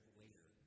later